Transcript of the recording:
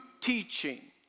teaching